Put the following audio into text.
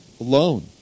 alone